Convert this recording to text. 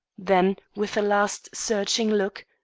then with a last searching look,